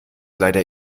leider